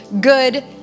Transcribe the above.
good